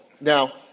Now